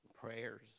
Prayers